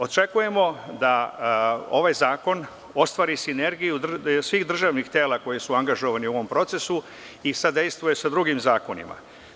Očekujemo da ovaj zakon ostvari sinergiju svih državnih tela koji su angažovani u ovom procesu i sadejstvuje sa drugim zakonima.